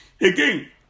again